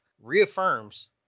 reaffirms